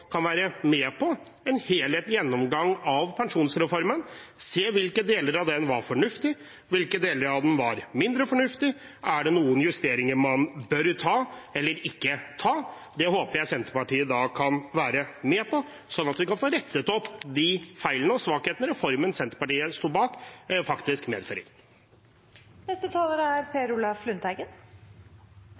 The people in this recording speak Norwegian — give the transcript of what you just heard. kan være med på en helhetlig gjennomgang av pensjonsreformen og se på hvilke deler av den som var fornuftige, hvilke deler av den som var mindre fornuftige, og om det er noen justeringer man bør ta eller ikke ta. Det håper jeg Senterpartiet kan være med på, slik at vi kan få rettet opp de feilene og svakhetene reformen Senterpartiet sto bak, faktisk